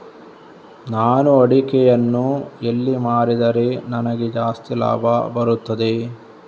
ನಾನು ಅಡಿಕೆಯನ್ನು ಎಲ್ಲಿ ಮಾರಿದರೆ ನನಗೆ ಜಾಸ್ತಿ ಲಾಭ ಬರುತ್ತದೆ?